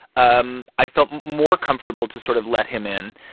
um i felt more comfortable to sort of let him in.